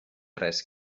res